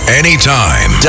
anytime